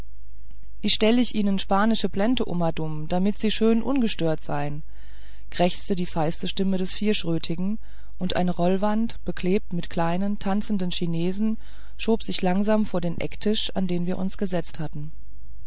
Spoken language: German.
ich stell ich ihnen spanische plente umadum damit sie schön ungestört sein krächzte die feiste stimme des vierschrötigen und eine rollwand beklebt mit kleinen tanzenden chinesen schob sich langsam vor den ecktisch an den wir uns gesetzt hatten